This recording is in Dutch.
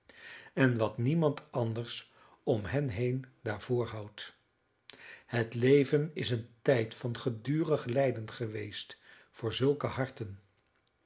en wat niemand anders om hen heen daarvoor houdt het leven is een tijd van gedurig lijden geweest voor zulke harten